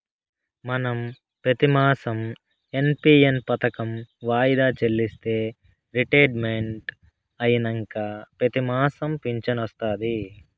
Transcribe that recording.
మనం పెతిమాసం ఎన్.పి.ఎస్ పదకం వాయిదా చెల్లిస్తే రిటైర్మెంట్ అయినంక పెతిమాసం ఫించనొస్తాది